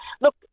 Look